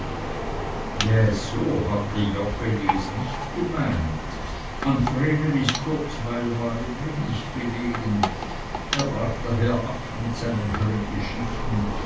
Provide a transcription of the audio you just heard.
so hatte es joggeli nicht gemeint an vrenelis kurzweil war ihm wenig gelegen er brach daher mit seinen